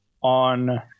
on